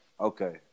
Okay